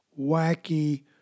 wacky